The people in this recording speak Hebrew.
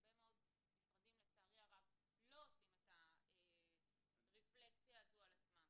הרבה מאוד משרדים לצערי הרב לא עושים את הרפלקציה הזו על עצמם.